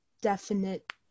definite